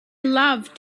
loved